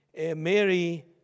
Mary